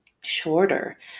shorter